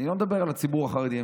אני לא מדבר על הציבור החרדי,